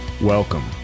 Welcome